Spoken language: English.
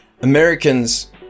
Americans